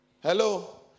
hello